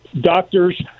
doctors